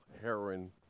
heroin